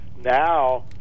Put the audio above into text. Now